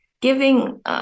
giving